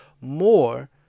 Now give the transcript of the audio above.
more